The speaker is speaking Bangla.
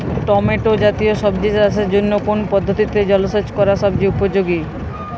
টমেটো জাতীয় সবজি চাষের জন্য কোন পদ্ধতিতে জলসেচ করা সবচেয়ে উপযোগী?